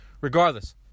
regardless